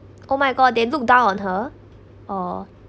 oh my god they look down on her oh